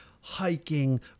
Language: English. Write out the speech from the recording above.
Hiking